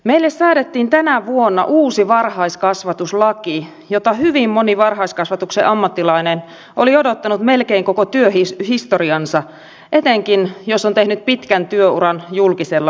meille säädettiin tänä vuonna uusi varhaiskasvatuslaki jota hyvin moni varhaiskasvatuksen ammattilainen oli odottanut melkein koko työhistoriansa etenkin jos on tehnyt pitkän työuran julkisella puolella